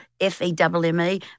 F-E-W-M-E